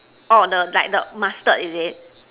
orh the like the mustard is it